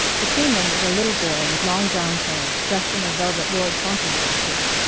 between them was a little boy with long brown curls, dressed in a velvet lord fauntleroy suit.